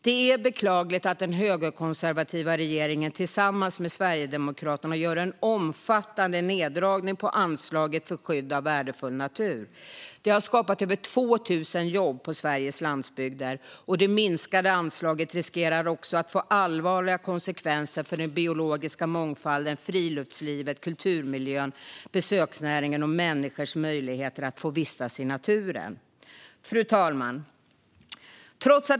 Det är beklagligt att den högerkonservativa regeringen tillsammans med Sverigedemokraterna gör en omfattande neddragning av anslaget för skydd av värdefull natur. Det har skapat över 2 000 jobb på Sveriges landsbygder. Det minskade anslaget riskerar också att få allvarliga konsekvenser för den biologiska mångfalden, friluftslivet, kulturmiljön, besöksnäringen och människors möjligheter att vistas i naturen. Fru talman!